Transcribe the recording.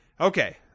Okay